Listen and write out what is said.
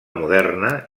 moderna